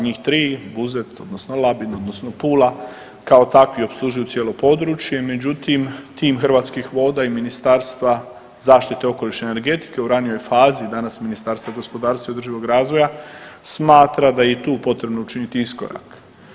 Njih 3 Buzet odnosno Labin odnosno Pula kao takvi opslužuju cijelo područje, međutim tim Hrvatskih voda i Ministarstva zaštite okoliša i energetike u ranijoj fazi danas Ministarstvo gospodarstva i održivog razvoja smatra da je i tu potrebno učiniti iskorak.